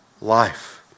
life